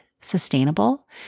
sustainable